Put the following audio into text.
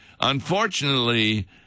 Unfortunately